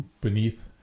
beneath